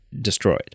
destroyed